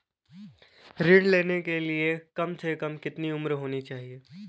ऋण लेने के लिए कम से कम कितनी उम्र होनी चाहिए?